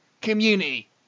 community